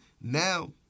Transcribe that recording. Now